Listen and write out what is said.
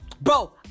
Bro